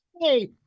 hey